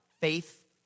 Faith